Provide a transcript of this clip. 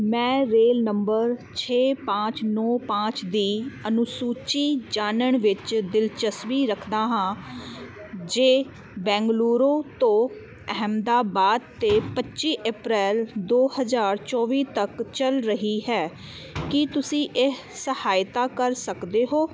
ਮੈਂ ਰੇਲ ਨੰਬਰ ਛੇ ਪਾਂਚ ਨੌਂ ਪਾਂਚ ਦੀ ਅਨੁਸੂਚੀ ਜਾਣਨ ਵਿੱਚ ਦਿਲਚਸਪੀ ਰੱਖਦਾ ਹਾਂ ਜੋ ਬੈਂਗਲੁਰੂ ਤੋ ਅਹਿਮਦਾਬਾਦ 'ਤੇ ਪੱਚੀ ਅਪ੍ਰੈਲ ਦੋ ਹਜ਼ਾਰ ਚੋਵੀ ਤੱਕ ਚੱਲ ਰਹੀ ਹੈ ਕੀ ਤੁਸੀਂ ਇਹ ਸਹਾਇਤਾ ਕਰ ਸਕਦੇ ਹੋ